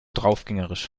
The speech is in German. draufgängerisch